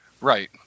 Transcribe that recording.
Right